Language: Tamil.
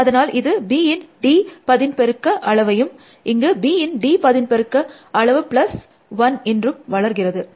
அதனால் இது bயின் d பதின்பெருக்க அளவையும் இங்கு bயின் d பதின்பெருக்க அளவு ப்ளஸ் 1 bd 1 என்றும் வளர்கிறது